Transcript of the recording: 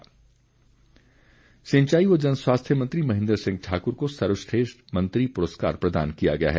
पुरस्कार सिंचाई व जनस्वास्थ्य मंत्री महेन्द्र सिंह ठाकुर को सर्वश्रेष्ठ मंत्री पुरस्कार प्रदान किया गया है